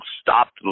stopped